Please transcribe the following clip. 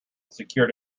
secured